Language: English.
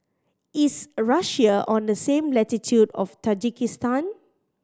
is Russia on the same latitude of Tajikistan